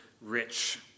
rich